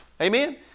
Amen